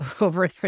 over